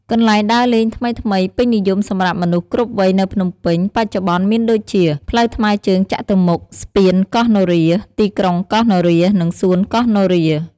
កន្លែងដើរលេងថ្មីៗពេញនិយមសម្រាប់មនុស្សគ្រប់វ័យនៅភ្នំពេញ បច្ចុប្បន្នមានដូចជា ផ្លូវថ្មើរជើងចតុមុខ ស្ពានកោះនរា ទីក្រុងកោះនរា និងសួនកោះនរា។